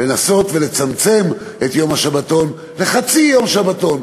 לנסות לצמצם את יום השבתון לחצי יום שבתון.